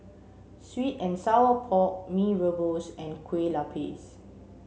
sweet and sour pork Mee rebus and Kue Lupis